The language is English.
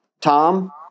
Tom